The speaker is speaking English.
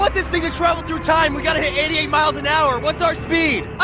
but this thing to travel through time, we gotta hit eighty eight miles an hour. what's our speed? i